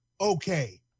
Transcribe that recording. okay